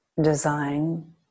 design